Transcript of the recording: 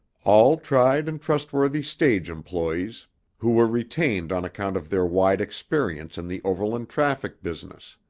all tried and trustworthy stage employees who were retained on account of their wide experience in the overland traffic business.